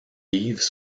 livres